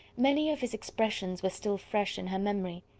many of his expressions were still fresh in her memory.